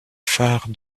phare